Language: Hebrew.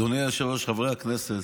אדוני היושב-ראש, חברי הכנסת,